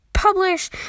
Publish